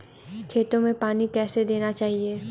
खेतों में पानी कैसे देना चाहिए?